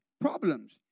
problems